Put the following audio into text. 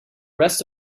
rest